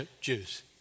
Jews